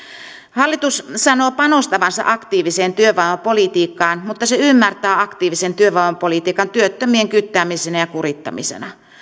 hallitus sanoo panostavansa aktiivisen työvoimapolitiikkaan mutta se ymmärtää aktiivisen työvoimapolitiikan työttömien kyttäämisenä ja kurittamisena